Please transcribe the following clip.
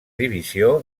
divisió